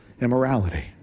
immorality